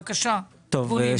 בבקשה, ארגון א.מ.א.